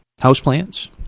houseplants